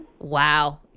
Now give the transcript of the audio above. Wow